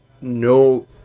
no